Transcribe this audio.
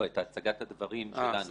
את הצגת הדברים שלנו התכוונתי.